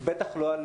בטח לא על